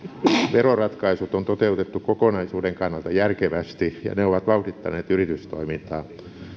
veroratkaisut on toteutettu kokonaisuuden kannalta järkevästi ja ne ovat vauhdittaneet yritystoimintaa